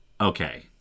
Okay